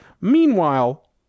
Meanwhile